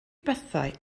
bethau